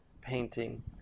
painting